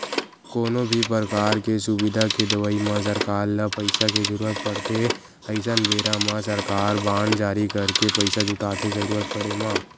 कोनो भी परकार के सुबिधा के देवई म सरकार ल पइसा के जरुरत पड़थे अइसन बेरा म सरकार बांड जारी करके पइसा जुटाथे जरुरत पड़े म